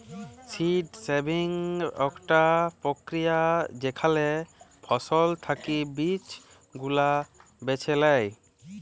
seed saving আকটা প্রক্রিয়া যেখালে ফসল থাকি বীজ গুলা বেছে লেয়